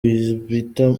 bita